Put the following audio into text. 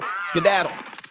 Skedaddle